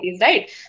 right